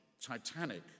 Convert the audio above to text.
titanic